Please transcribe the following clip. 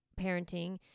parenting